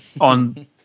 on